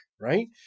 right